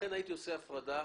לכן הייתי עושה הפרדה.